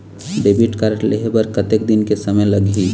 Debit card लेहे बर कतेक दिन के समय लगही?